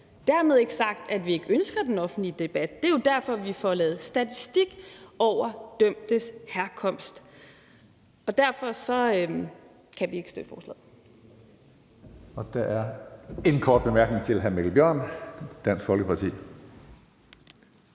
Dermed ikke sagt, at vi ikke ønsker den offentlige debat. Det er jo derfor, at vi får lavet statistik over dømtes herkomst. Derfor kan vi ikke støtte forslaget.